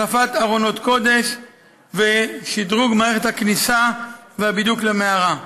החלפת ארונות קודש ושדרוג מערכת הכניסה והבידוק למערה.